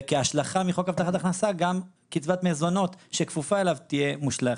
וכהשלכה מחוק הבטחת הכנסה גם קצבת מזונות שכפופה אליו תהיה מושלכת.